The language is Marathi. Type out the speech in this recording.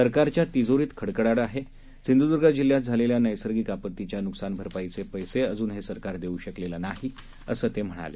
सरकारच्या तिजोरीत खडखडाट आहे सिंधुदुर्ग जिल्ह्यात झालेल्या नैसर्गिक आपत्तीच्या नुकसान भरपाईचे पैसे अजून हे सरकार देऊ शकलेलं नाही असं ते म्हणाले